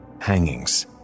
Hangings